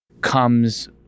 comes